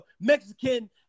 Mexican